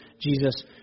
Jesus